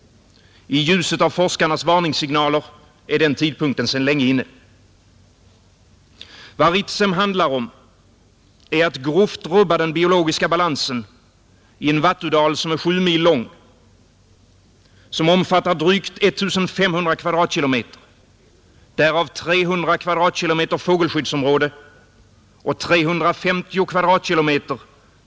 I ljuset av forskarnas varningssignaler är den tidpunkten sedan länge inne. Vad Ritsem handlar om är att grovt rubba den biologiska balansen i en vattudal som är 7 mil lång, som omfattar drygt 1 500 km?, därav 300 km? fågelskyddsområde och 350 km?